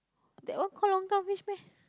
that one call longkang fish meh